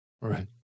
right